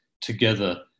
together